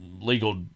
legal